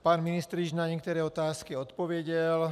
Pan ministr již na některé otázky odpověděl.